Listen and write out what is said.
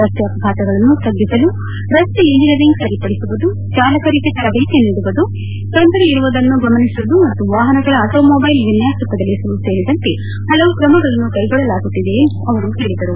ರಸ್ತೆ ಅಪಘಾತಗಳನ್ನು ತಗ್ಗಿಸಲು ರಸ್ತೆ ಎಂಜಿನಿಯರಿಂಗ್ ಸರಿಪಡಿಸುವುದು ಚಾಲಕರಿಗೆ ತರಬೇತಿ ನೀಡುವುದು ತೊಂದರೆ ಇರುವುದನ್ನು ಗಮನಿಸುವುದು ಮತ್ತು ವಾಹನಗಳ ಆಟೋಮೊಬ್ವೆಲ್ ವಿನ್ನಾಸ ಬದಲಿಸುವುದು ಸೇರಿದಂತೆ ಹಲವು ಕ್ರಮಗಳನ್ನು ಕೈಗೊಳ್ಳಲಾಗುತ್ತಿದೆ ಎಂದು ಅವರು ಹೇಳಿದರು